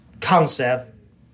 concept